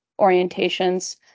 orientations